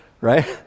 right